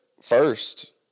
First